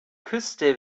küste